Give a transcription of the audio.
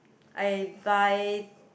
I buy